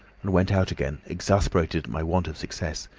and went out again, exasperated at my want of success,